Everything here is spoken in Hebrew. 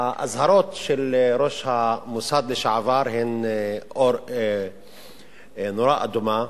האזהרות של ראש המוסד לשעבר הן נורה אדומה.